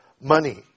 money